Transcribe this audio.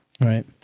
Right